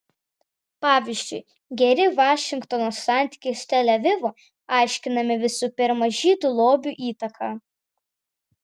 pavyzdžiui geri vašingtono santykiai su tel avivu aiškinami visų pirma žydų lobių įtaka